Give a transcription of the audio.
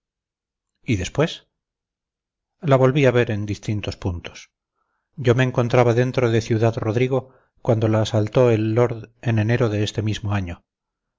y después la volví a ver en distintos puntos yo me encontraba dentro de ciudad-rodrigo cuando la asaltó el lord en enero de este mismo año